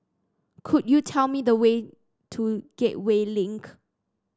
could you tell me the way to Gateway Link